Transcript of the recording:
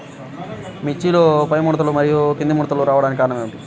మిర్చిలో పైముడతలు మరియు క్రింది ముడతలు రావడానికి కారణం ఏమిటి?